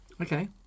Okay